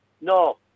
No